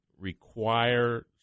require